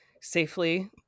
safely